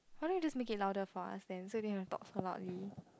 why don't you just make it louder for us then so you don't have to talk so loudly